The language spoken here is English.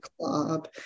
club